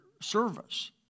service